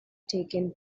taken